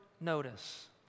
notice